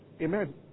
Amen